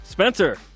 Spencer